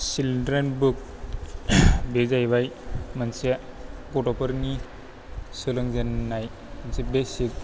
children बुख बे जाहैबाय मोनसे गथ'फोरनि सोलोंजेन्नाय मोनसे बेसिक